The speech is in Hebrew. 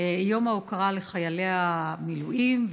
יום ההוקרה לחיילי המילואים,